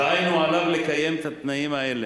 דהיינו, עליו לקיים את התנאים האלה: